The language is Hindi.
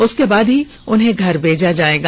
उसके बाद ही उन्हें घर भेजा जाएगा